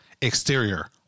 Exterior